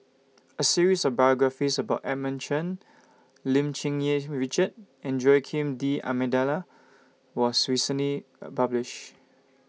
A series of biographies about Edmund Chen Lim Cherng Yih Richard and Joaquim D'almeida was recently A published